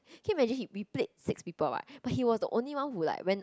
can you imagine he we played six people what but he was the only one who like went